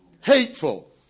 hateful